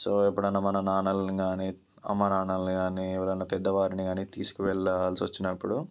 so ఎప్పుడన్నా మన నాన్నలని కాని అమ్మ నాన్నల్ని కాని ఎవరన్నా పెద్ద వారిని తీసుకవెళ్లాల్సి వచ్చినప్పుడు